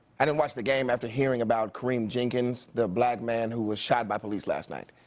i didn't watch the game after hearing about kareem jenkins, the black man who was shot by police last night.